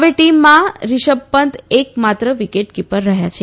હવે ટીમમાં રિશભ પંત એક માત્ર વિકેટ કીપર રહ્યા છે